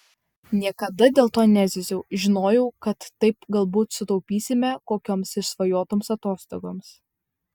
niekada dėl to nezyziau žinojau kad taip galbūt sutaupysime kokioms išsvajotoms atostogoms